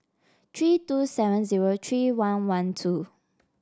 three two seven zero three one one two